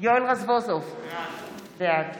יואל רזבוזוב, בעד